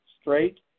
straight